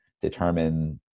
determine